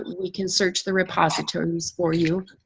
we can search the repositories for you.